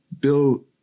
Bill